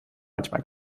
manchmal